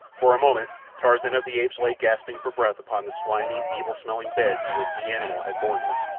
for a moment tarzan of the apes lay gasping for breath upon the slimy, evil-smelling bed to which the animal had borne him.